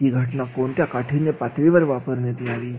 ही घटना कोणत्या काठीण्य पातळीवर वापरण्यात यावी